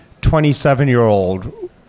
27-year-old